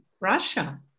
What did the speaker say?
Russia